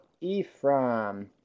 Ephraim